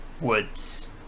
Woods